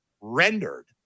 rendered